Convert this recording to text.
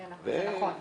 נכון.